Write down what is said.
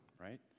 right